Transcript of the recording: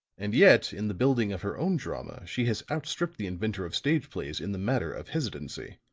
and yet in the building of her own drama she has outstripped the inventor of stage plays in the matter of hesitancy.